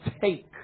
take